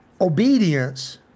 obedience